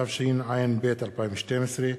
התשע"ב 2012,